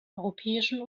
europäischen